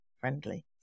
friendly